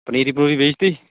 ਪਨੀਰੀ ਪੁਨਿਰੀ ਬੀਜਤੀ